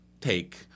take